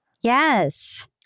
Yes